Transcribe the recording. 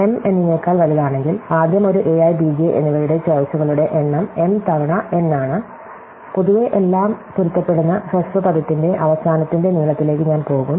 M n നെക്കാൾ വലുതാണെങ്കിൽ ആദ്യം ഒരു a i b j എന്നിവയുടെ ചോയിസുകളുടെ എണ്ണം m തവണ n ആണ് പൊതുവേ എല്ലാം പൊരുത്തപ്പെടുന്ന ഹ്രസ്വ പദത്തിന്റെ അവസാനത്തിന്റെ നീളത്തിലേക്ക് ഞാൻ പോകും